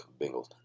Bengals